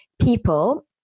people